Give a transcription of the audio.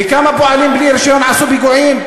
וכמה פועלים בלי רישיון עשו פיגועים?